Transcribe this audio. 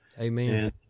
Amen